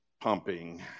pumping